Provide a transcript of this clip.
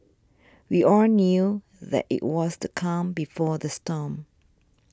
we all knew that it was the calm before the storm